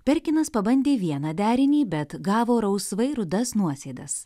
perkinas pabandė vieną derinį bet gavo rausvai rudas nuosėdas